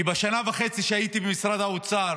כי בשנה וחצי שהייתי במשרד האוצר,